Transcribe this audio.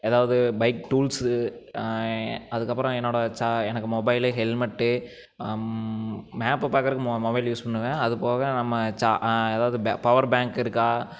எதாவது bike tools அதுக்கப்புறம் என்னோட எனக்கு மொபைலு ஹெல்மெட்டு மேப்பு பாக்கறதுக்கு மொபைல் யூஸ் பண்ணுவேன் அது போக நம்ம எதாவது பவர் பேங்க் இருக்கா